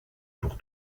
pour